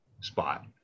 spot